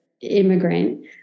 immigrant